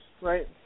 right